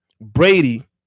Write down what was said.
Brady